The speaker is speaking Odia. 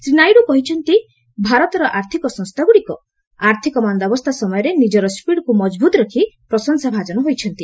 ଶ୍ରୀ ନାଇଡୁ କହିଛନ୍ତି ଭାରତର ଆର୍ଥକ ସଂସ୍ଥାଗୁଡ଼ିକୁ ଆର୍ଥକ ମାନ୍ଦାବସ୍ଥା ସମୟରେ ନିଜର ସ୍ୱିଡ୍କୁ ମଜଭୁତ ରଖି ପ୍ରଶଂସା ଭାଜନ ହୋଇଛନ୍ତି